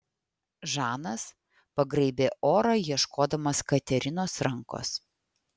žanas pagraibė orą ieškodamas katerinos rankos